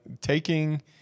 taking